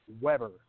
Weber